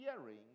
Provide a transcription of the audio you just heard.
hearing